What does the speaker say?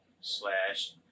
slash